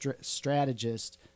strategist